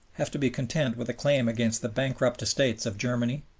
have to be content with a claim against the bankrupt estates of germany,